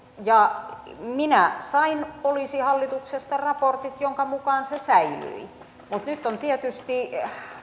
ja minä sain poliisihallituksesta raportit joiden mukaan se säilyi mutta nyt on tietysti